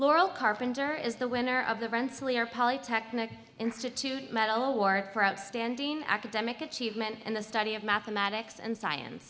laurel carpenter is the winner of the rensselaer polytechnic institute medal award for outstanding academic achievement in the study of mathematics and science